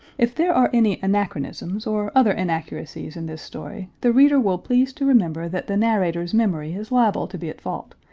if there are any anachronisms or other inaccuracies in this story, the reader will please to remember that the narrator's memory is liable to be at fault,